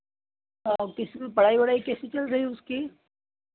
और किस में पढ़ाई वढ़ाई कैसी चल रही है उसकी